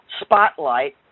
Spotlight